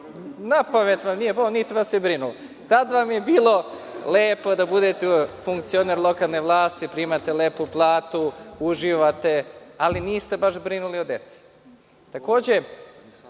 Na pamet vam nije palo, niti vas je brinulo. Tada vam je bilo lepo da budete funkcioner lokalne vlasti, primate lepu platu, uživate, ali niste baš brinuli o deci. Takođe,